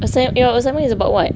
assign~ your assignment is about what